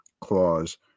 clause